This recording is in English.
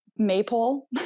Maple